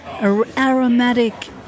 aromatic